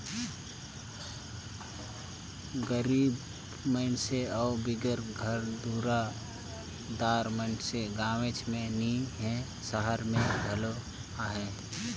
गरीब मइनसे अउ बिगर घर दुरा दार मइनसे गाँवेच में नी हें, सहर में घलो अहें